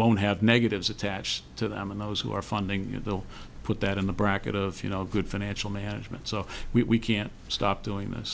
won't have negatives attached to them and those who are funding will put that in the bracket of you know good financial management so we can't stop doing this